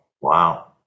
Wow